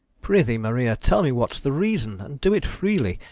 prethee maria tell me what's the reason, and doe it freely,